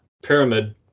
pyramid